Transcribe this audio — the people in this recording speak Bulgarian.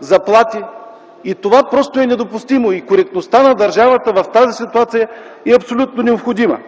заплати. Това просто е недопустимо! Коректността на държавата в тази ситуация е абсолютно необходима.